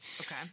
Okay